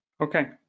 Okay